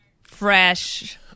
fresh